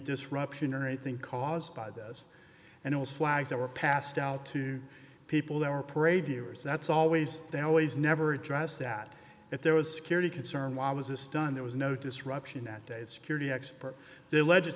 disruption or anything caused by this and it was flags that were passed out to people that were parade viewers that's always there always never address that if there was security concern why was this done there was no disruption that days security expert there legit